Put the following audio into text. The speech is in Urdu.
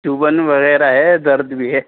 چبھن وغیرہ ہے درد بھی ہے